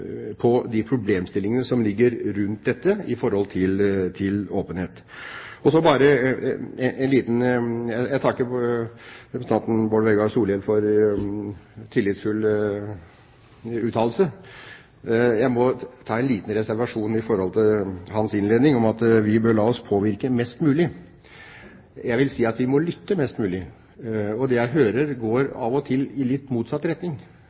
på de problemstillingene som ligger rundt dette med åpenhet. Jeg takker representanten Bård Vegar Solhjell for tillitsfull uttalelse. Jeg må ta en liten reservasjon i forhold til hans innledning om at vi bør la oss påvirke mest mulig. Jeg vil si at vi må lytte mest mulig. Og det jeg hører, går av og til i litt